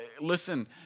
listen